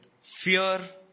fear